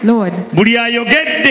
Lord